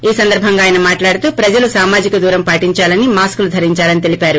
ఈ సందర్భంగ ఆయన మాట్లాడుతూ ప్రజలు సామాజిక దూరం పాటించాలని మాస్కులు ధరించాలని తెలిపారు